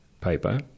paper